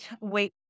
wait